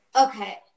Okay